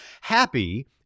happy